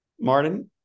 Martin